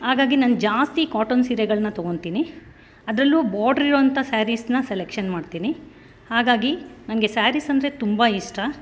ಹಾಗಾಗಿ ನಾನು ಜಾಸ್ತಿ ಕಾಟನ್ ಸೀರೆಗಳನ್ನ ತೊಗೊಳ್ತೀನಿ ಅದರಲ್ಲೂ ಬಾರ್ಡ್ರಿರುವಂಥ ಸ್ಯಾರೀಸ್ನ ಸೆಲೆಕ್ಷನ್ ಮಾಡ್ತೀನಿ ಹಾಗಾಗಿ ನನಗೆ ಸ್ಯಾರೀಸಂದ್ರೆ ತುಂಬ ಇಷ್ಟ